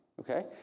Okay